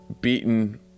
beaten